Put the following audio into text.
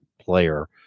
player